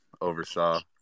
oversaw